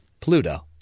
Pluto